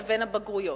לבין הבגרויות.